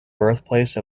birthplace